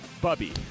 Bubby